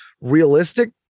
realistic